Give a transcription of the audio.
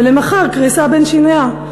ולמחר כרסה בין שיניה",